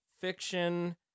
Fiction